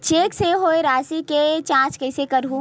Cheque से होए राशि के जांच कइसे करहु?